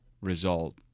result